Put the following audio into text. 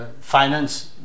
finance